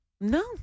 No